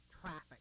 traffic